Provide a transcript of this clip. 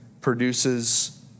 produces